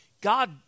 God